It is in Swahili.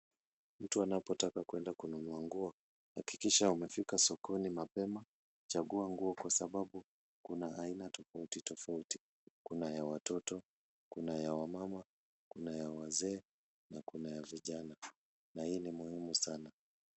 Mtu anapotaka kuenda kununua nguo hakikisha umefika sokoni mapema. Chagua nguo kwa sababu kuna aina tofauti tofauti. Kuna ya watoto, kuna ya wamama, kuna ya wazee na kuna ya vijana na hii ni muhimu sana.